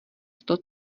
sto